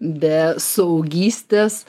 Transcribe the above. be saugystės